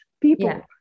people